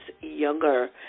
younger